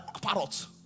parrots